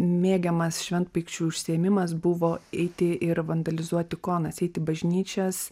mėgiamas šventpaikščių užsiėmimas buvo eiti ir vandalizuot ikonas eiti bažnyčias